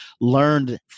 learned